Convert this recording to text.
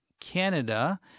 Canada